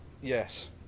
Yes